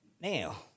Now